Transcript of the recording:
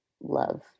love